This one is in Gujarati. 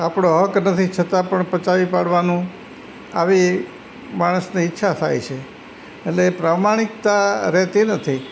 આપણો હક નથી છતાં પણ પચાવી પાડવાનું આવી માણસની ઈચ્છા થાય છે એટલે એ પ્રમાણિકતા રહેતી નથી